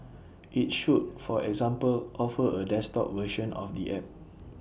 IT should for example offer A desktop version of the app